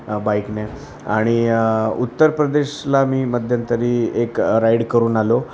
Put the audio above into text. बाईकने आणि उत्तर प्रदेशला मी मध्यंतरी एक राईड करून आलो